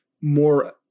more